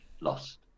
lost